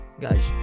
guys